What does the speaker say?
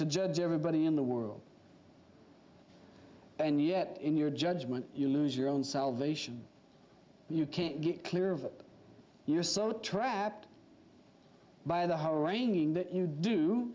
to judge everybody in the world and yet in your judgement you lose your own salvation you can't get clear of it you're so trapped by the